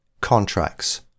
Contracts